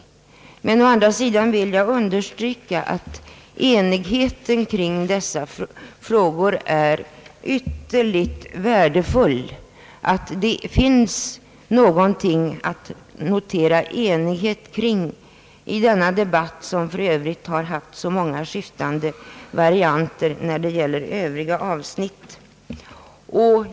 Jag vill å andra sidan understryka att enigheten kring dessa frågor är ytterligt värdefull, att det alltså finns enighet om något i denna debatt, som för övrigt har haft så många variationer i övriga avsnitt.